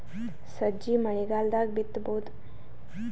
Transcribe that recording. ಸಜ್ಜಿ ಮಳಿಗಾಲ್ ದಾಗ್ ಬಿತಬೋದ?